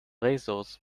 razors